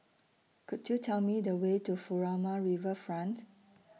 Could YOU Tell Me The Way to Furama Riverfront